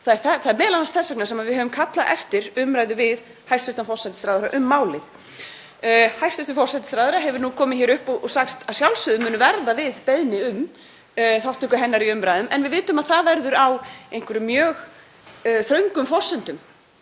Það er m.a. þess vegna sem við höfum kallað eftir umræðu við hæstv. forsætisráðherra um málið. Hæstv. forsætisráðherra hefur komið hingað upp og sagst að sjálfsögðu munu verða við beiðni um þátttöku í umræðum en við vitum að það verður á einhverjum mjög þröngum forsendum.